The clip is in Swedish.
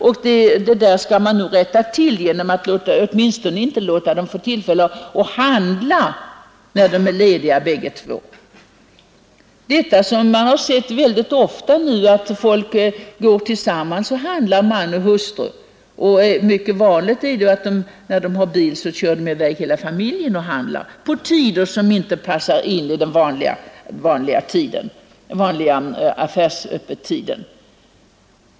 Och det skall man rätta till genom att inte låta dem få tillfälle att handla, när de är lediga båda två. Man ser ju ofta nu att man och hustru går tillsammans och handlar, och om familjen har bil kör alla familjens medlemmar i väg och handlar på andra tider än vanliga affärsöppettider.